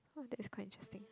oh that's quite interesting